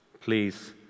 Please